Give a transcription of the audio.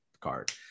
card